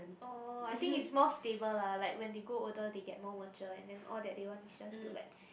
oh I think it's more stable lah like when they grow older they get more mature and then all that they want is just to like